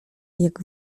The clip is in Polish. jak